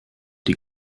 die